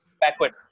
backward